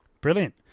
Brilliant